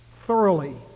thoroughly